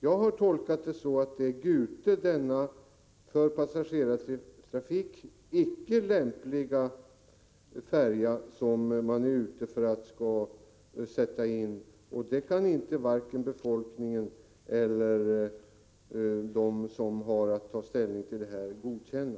Jag har tolkat det så att det är Gute, denna för passagerartrafik icke lämpliga färja, som man är ute efter att sätta in, och det kan varken befolkningen eller de som har att ta ställning godkänna.